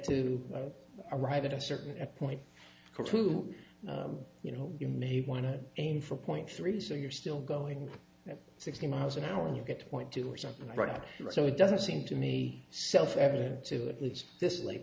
to arrive at a certain point you know you may want to aim for point three so you're still going at sixty miles an hour and you get to a point to where something right so it doesn't seem to me self evident to at least this la